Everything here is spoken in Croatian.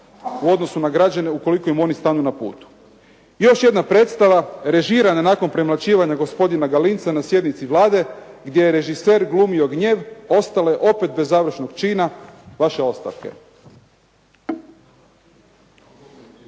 u odnosu na građane ukoliko im oni stanu na putu. I još jedna predstava režirana nakon premlaćivanja gospodina Galinca na sjednici Vlade, gdje je režiser glumio gnjev, ostale opet bez završnog čina – vaše ostavke.